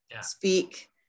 speak